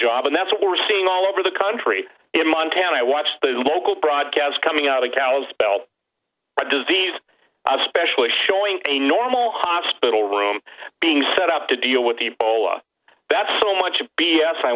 job and that's what we're seeing all over the country in montana i watched the local broadcast coming out of cows spell disease especially showing a normal hospital room being set up to deal with the oil that's so much b